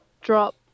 drop